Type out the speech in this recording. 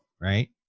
right